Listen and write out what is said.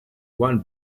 one